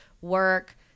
work